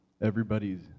everybody's